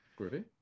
Groovy